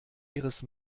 ihres